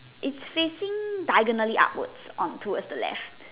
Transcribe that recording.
its facing diagonally upwards on to at the left